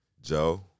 Joe